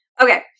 Okay